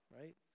right